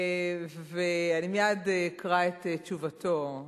אני מייד אקרא את תשובתו,